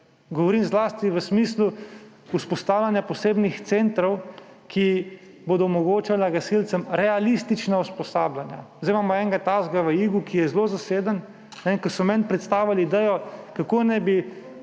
Govorim zlasti v smislu vzpostavljanja posebnih centrov, ki bodo omogočili gasilcem realistična usposabljanja. Zdaj imamo enega takega na Igu in je zelo zaseden. Ko so meni predstavili idejo, kako naj bi